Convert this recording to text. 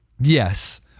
Yes